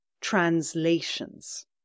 translations